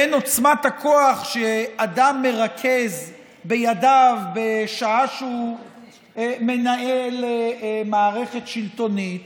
בין עוצמת הכוח שאדם מרכז בידיו בשעה שהוא מנהל מערכת שלטונית